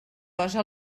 posa